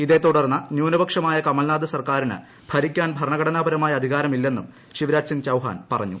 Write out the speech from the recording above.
ഇതേതുടർന്ന് ന്യൂനപക്ഷമായ കമൽന്ന്റ്യ്സർക്കാരിന് ഭരിക്കാൻ ഭരണഘടനാപരമായ അധികാരമില്ല്യുന്നും ശിവ്രാജ് സിംഗ് ചൌഹാൻ പറഞ്ഞു